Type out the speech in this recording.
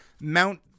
Mount